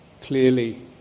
clearly